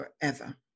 forever